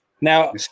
Now